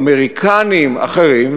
אמריקניים ואחרים,